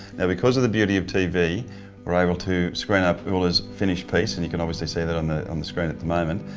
now because of the beauty of tv we're able to screen up ulla's finished piece and you can obviously see it on the um the screen at the moment.